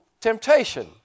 temptation